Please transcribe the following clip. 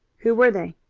who were they?